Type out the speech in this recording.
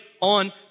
on